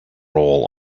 role